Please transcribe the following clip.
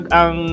ang